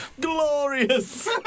Glorious